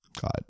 God